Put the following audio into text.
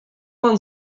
pan